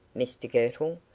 mr girtle.